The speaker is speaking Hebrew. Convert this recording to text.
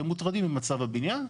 כי הם מוטרדים ממצב הבניין.